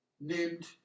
named